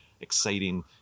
exciting